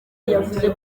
yavuze